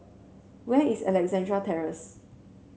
where is Alexandra Terrace